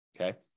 Okay